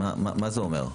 מה זה אומר?